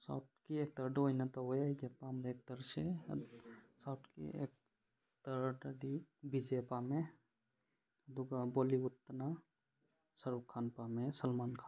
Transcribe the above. ꯁꯥꯎꯠꯀꯤ ꯑꯦꯛꯇꯔꯗ ꯑꯣꯏꯅ ꯇꯧꯋꯦ ꯑꯩꯒꯤ ꯑꯄꯥꯝꯕ ꯑꯦꯛꯇꯔꯁꯦ ꯁꯥꯎꯠꯀꯤ ꯑꯦꯛꯇꯔꯗꯗꯤ ꯕꯤꯖꯦ ꯄꯥꯝꯃꯦ ꯑꯗꯨꯒ ꯕꯣꯂꯤꯋꯨꯠꯇꯅ ꯁꯔꯨꯛ ꯈꯥꯟ ꯁꯜꯃꯟ ꯈꯥꯟ